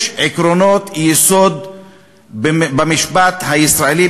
יש עקרונות יסוד במשפט הישראלי,